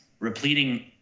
repleting